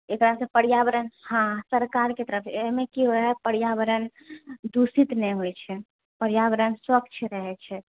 एकरासँ पर्यावरण हँ सरकारके तरफसँ एहिमे कि ओएह पर्यावरण दूषित नहि होइत छै पर्यावरण स्वच्छ रहैत छै